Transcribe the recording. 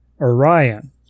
Orion